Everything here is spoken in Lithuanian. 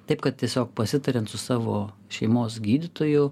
taip kad tiesiog pasitariant su savo šeimos gydytoju